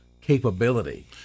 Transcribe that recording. capability